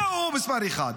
זה מס' אחת.